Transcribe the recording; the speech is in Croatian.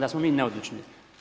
Da smo mi neodlučni.